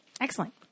Excellent